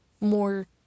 more